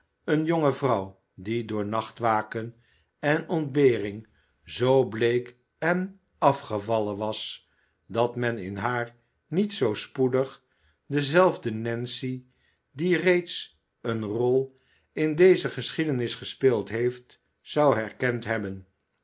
eene jonge vrouw die door nachtwaken en ontbering zoo bleek en afgevallen was dat men in haar niet zoo spoedig dezelfde nancy die reeds eene rol in deze geschiedenis gespeeld heeft zou herkend hebben